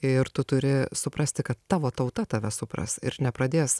ir tu turi suprasti kad tavo tauta tave supras ir nepradės